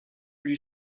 lui